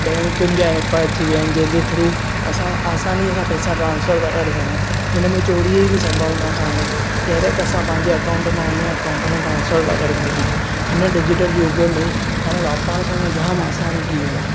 बैंकुनि जा ऐप अची विया आहिनि जंहिं जे थ्रू असां आसानीअ सां पेसा ट्रांसफर था करे सघूं हिन में चोरीअ जी बि सम्भावना कोन्हे डाइरेक्ट असां पंहिंजे अकाऊंट मां हुन जे अकाऊंट में ट्रांसफर था करे सघूं हिन डिजिटल युग में हाणे व्यापार करणु जाम आसान थी वियो आहे